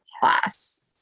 class